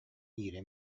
ира